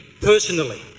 personally